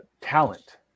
talent